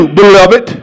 beloved